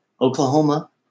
Oklahoma